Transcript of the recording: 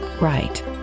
right